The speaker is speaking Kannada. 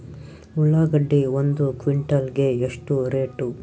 ಉಳ್ಳಾಗಡ್ಡಿ ಒಂದು ಕ್ವಿಂಟಾಲ್ ಗೆ ಎಷ್ಟು ರೇಟು?